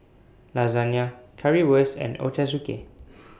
Lasagne Currywurst and Ochazuke